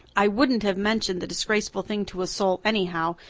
i wouldn't have mentioned the disgraceful thing to a soul anyhow,